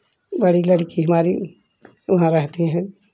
बड़ी लड़की हमारी वहाँ रहती हैं